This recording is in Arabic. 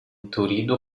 تريد